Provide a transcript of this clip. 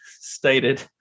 stated